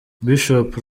bishop